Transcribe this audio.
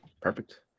Perfect